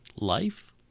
life